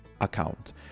account